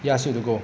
he ask you to go